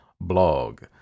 blog